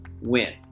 win